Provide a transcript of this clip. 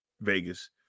Vegas